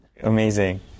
Amazing